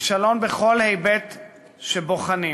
כישלון בכל היבט שבוחנים: